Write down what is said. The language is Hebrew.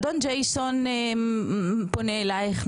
אדון ג'ייסון פונה אלייך,